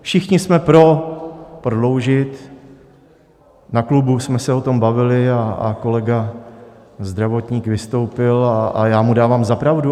Všichni jsme pro prodloužit, na klubu jsme se o tom bavili, a kolega zdravotník vystoupil a já mu dávám za pravdu.